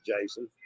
Jason